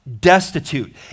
Destitute